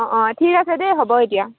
অঁ অঁ ঠিক আছে দেই হ'ব এতিয়া